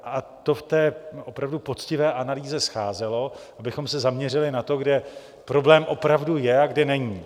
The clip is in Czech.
A to v té opravdu poctivé analýze scházelo, abychom se zaměřili na to, kde problém opravdu je a kde není.